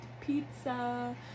pizza